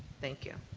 thank you,